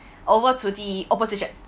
over to the opposition